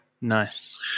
nice